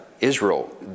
Israel